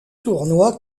tournois